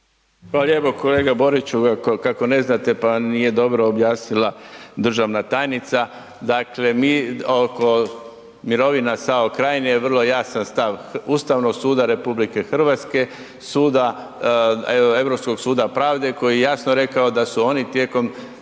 Hvala lijepo kolega Boriću. Kako ne znate pa nije dobro objasnila državna tajnica, dakle mi oko mirovina SAO Krajine je vrlo jasan stav Ustavnog suda RH, Europskog suda pravde koji je jasno rekao da su oni tijekom